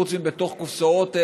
חוץ מבתוך קופסאות מסוימות.